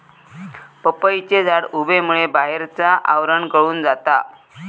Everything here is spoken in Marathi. पपईचे झाड उबेमुळे बाहेरचा आवरण गळून जाता